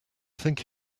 think